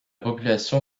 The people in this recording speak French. population